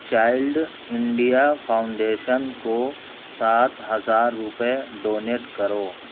child India foundation کو سات ہزار روپئے ڈونیٹ کرو